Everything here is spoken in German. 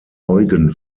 eugen